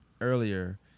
earlier